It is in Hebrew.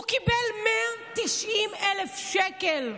הוא קיבל 190,000 שקל,